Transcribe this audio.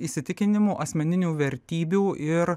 įsitikinimų asmeninių vertybių ir